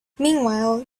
meanwhile